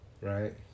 right